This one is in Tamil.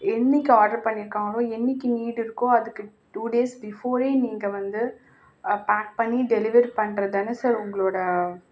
என்னைக்கு ஆட்ரு பண்ணியிருக்காங்களோ என்னைக்கு நீடு இருக்கோ அதுக்கு டூ டேஸ் பிஃபோரே நீங்கள் வந்து பேக் பண்ணி டெலிவெரி பண்ணுறதுதான சார் உங்களோடய